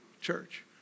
church